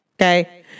Okay